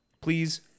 Please